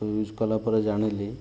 use କଲା ପରେ ଜାଣିଲି